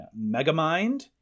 Megamind